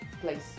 place